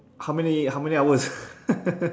how many how many hours